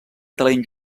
talent